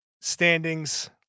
standings